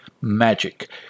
magic